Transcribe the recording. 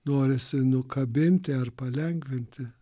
norisi nukabinti ar palengvinti